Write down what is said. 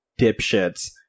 dipshits